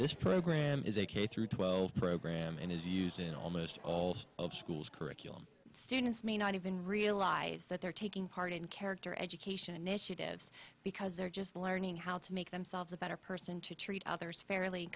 this program is a k through twelve program and is used in almost all schools curriculum students may not even realize that they're taking part in character education initiatives because they're just learning how to make themselves a better person to treat others fairly